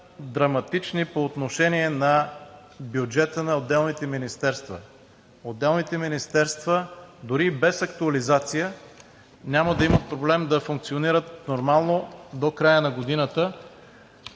драматични по отношение на бюджета на отделните министерства. Отделните министерства, дори и без актуализация, няма да имат проблем да функционират нормално до края на годината.